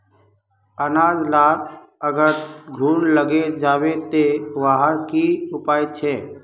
अनाज लात अगर घुन लागे जाबे ते वहार की उपाय छे?